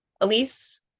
Elise